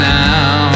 now